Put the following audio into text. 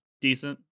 decent